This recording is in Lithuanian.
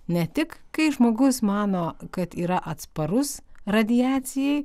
ne tik kai žmogus mano kad yra atsparus radiacijai